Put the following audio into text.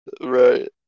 Right